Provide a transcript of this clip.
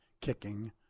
kicking